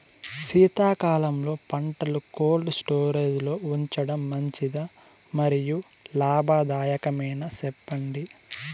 శీతాకాలంలో పంటలు cold storage లో ఉంచడం మంచిదా? మరియు లాభదాయకమేనా, సెప్పండి